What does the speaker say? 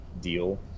deal